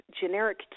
generic